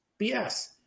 BS